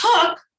took